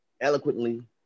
eloquently